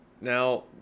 Now